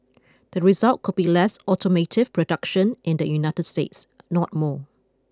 the result could be less automotive production in the United States not more